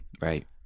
Right